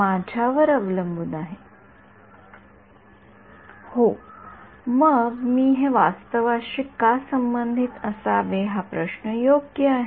विद्यार्थी सर तुम्ही असे कसे म्हणता संदर्भ वेळ 0४२७ होय मग हे वास्तवाशी का संबंधित असावे हा प्रश्न योग्य आहे